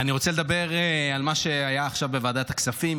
אני רוצה לדבר על מה שהיה עכשיו בוועדת הכספים,